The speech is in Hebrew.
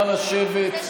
נא לשבת.